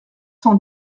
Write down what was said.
cent